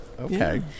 okay